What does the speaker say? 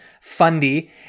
Fundy